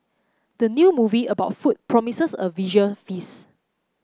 the new movie about food promises a visual feast